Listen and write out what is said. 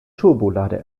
turbolader